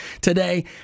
today